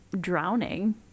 drowning